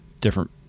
different